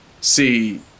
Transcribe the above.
See